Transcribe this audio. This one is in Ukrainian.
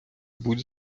будь